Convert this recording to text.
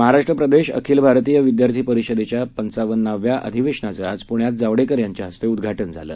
महाराष्ट्र प्रदेश अखिल भारतीय विद्यार्थी परिषदेच्या पंचावन्नाव्या अधिवेशनाचं आज पुण्यात जावडेकर यांच्या हस्ते उद्वा जे झालं